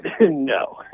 No